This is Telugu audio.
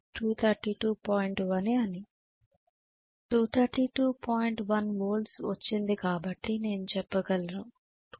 1 వోల్ట్ వచ్చిందికాబట్టి నేను చెప్పగలను 232